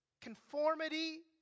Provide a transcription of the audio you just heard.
conformity